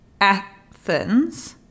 athens